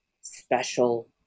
special